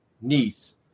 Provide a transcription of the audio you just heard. niece